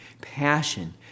passion